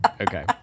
Okay